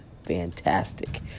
fantastic